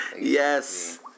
Yes